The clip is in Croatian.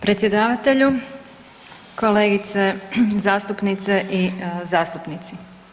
Predsjedavatelju, kolegice zastupnice i zastupnici.